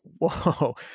Whoa